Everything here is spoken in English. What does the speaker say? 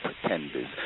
pretenders